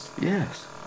Yes